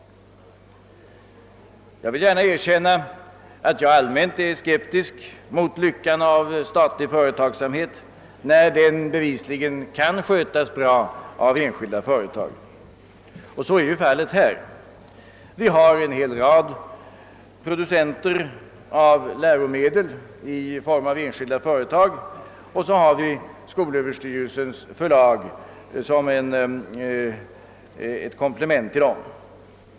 Jag vill gärna erkänna att jag allmänt sett är skeptisk mot statlig företagsamhet, när verksamheten i fråga bevisligen kan skötas bra av enskilda företag, och så är ju fallet här. Vi har en hel rad producenter av läromedel i form av enskilda företag, och så har vi skolöverstyrelsens förlag som ett komplement till dem.